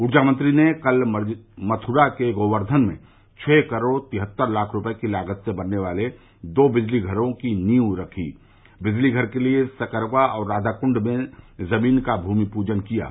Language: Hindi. ऊर्जामंत्री ने कल मथुरा के गोवर्धन में छह करोड़ तिहत्तर लाख रूपये की लागत से बनने वाले दो बिजलीघरों की नींव रखी बिजलीघर के लिए सकरवा और राधाकूंड में जमीन का भूमि पूजन किया गया